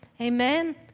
Amen